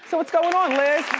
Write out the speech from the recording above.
so what's going on liz?